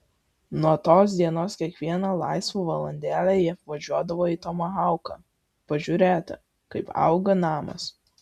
nuo tos dienos kiekvieną laisvą valandėlę jie važiuodavo į tomahauką pažiūrėti kaip auga namas